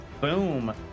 Boom